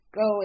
go